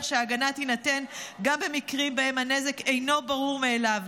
שהגנה תינתן גם במקרים שבהם הנזק אינו ברור מאליו,